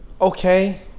Okay